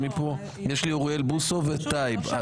יש לי אוריאל בוסו וטייב.